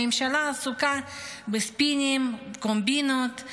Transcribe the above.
והממשלה עסוקה בספינים ובקומבינות,